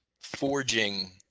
forging